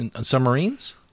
submarines